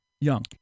young